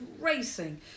racing